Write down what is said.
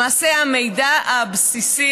למעשה, המידע הבסיסי,